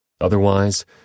Otherwise